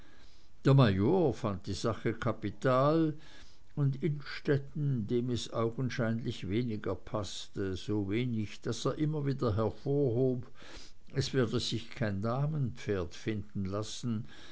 fand die sache kapital und innstetten dem es augenscheinlich weniger paßte so wenig daß er immer wieder hervorhob es werde sich kein damenpferd finden lassen